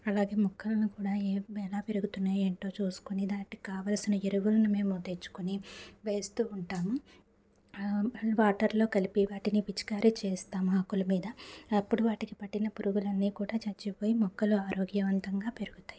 అలాగే మొక్కల్ని కూడా ఎలా పెరుగుతున్నాయి ఏంటో చూసుకొని దాటికి కావాల్సిన ఎరువును మేము తెచ్చుకొని వేస్తూ ఉంటాము వాటర్లో కలిపి వాటిని పిచికారి చేస్తాం ఆకుల మీద అప్పుడు వాటికి పట్టిన పురుగులన్నీ కూడా చచ్చిపోయి మొక్కలు ఆరోగ్యవంతంగా పెరుగుతాయి